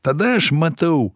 tada aš matau